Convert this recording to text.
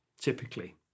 typically